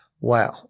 wow